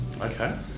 Okay